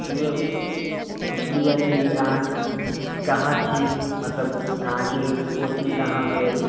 वएह पुछलिए कि अहाँ कहाँ छी मतलब अहाँके कोचिङ्ग कहाँ भेल